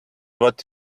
what